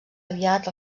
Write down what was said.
aviat